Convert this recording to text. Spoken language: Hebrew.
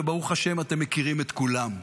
וברוך השם אתם מכירים את כולם.